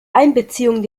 einbeziehung